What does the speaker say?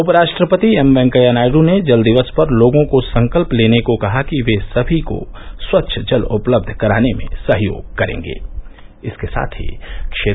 उपराष्ट्रपति एम वेंकैया नायडू ने जल दिवस पर लोगों से संकल्प लेने को कहा कि वे सभी को स्वच्छ जल उपलब्ध कराने में सहयोग करेंगे